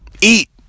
Eat